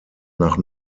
nach